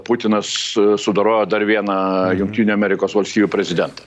putinas sudorojo dar vieną jungtinių amerikos valstijų prezidentą